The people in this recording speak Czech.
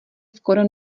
skoro